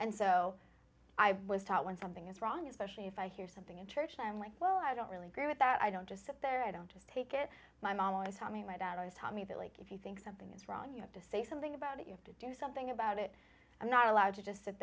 and so i was taught when something is wrong especially if i hear something in church and i'm like well i don't really agree with that i don't just sit there i don't just take it my mama taught me my dad always taught me that if you think something is wrong you have to say something about it you have to do something about it i'm not allowed to just sit